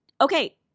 okay